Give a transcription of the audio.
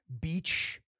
beach